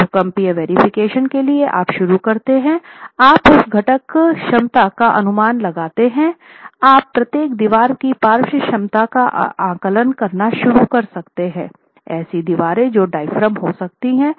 तो भूकंपीय वेरिफिकेशन के लिए आप शुरू करते हैं आप उस घटक क्षमता का अनुमान लगाते हैं आप प्रत्येक दीवार की पार्श्व क्षमता का आकलन करना शुरू कर सकते हैं ऐसी दीवारें जो डायाफ्राम हो सकती हैं